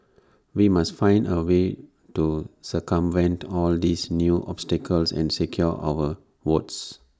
we must find A way to circumvent all these new obstacles and secure our votes